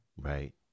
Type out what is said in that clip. Right